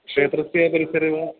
क्षेत्रस्य परिसरे वा